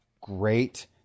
great